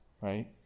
right